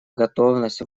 готовность